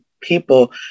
people